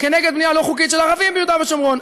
כנגד בנייה לא חוקית של ערבים ביהודה ושומרון.